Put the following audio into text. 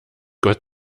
gott